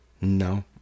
No